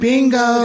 Bingo